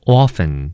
often